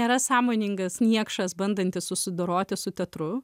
nėra sąmoningas niekšas bandantis susidoroti su teatru